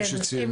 כפי שציין